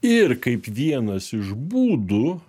ir kaip vienas iš būdų